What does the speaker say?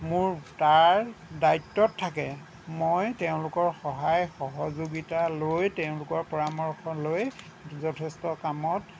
মোৰ তাৰ দায়িত্বত থাকে মই তেওঁলোকৰ সহায় সহযোগিতা লৈ তেওঁলোকৰ পৰামৰ্শ লৈ যথেষ্ট কামত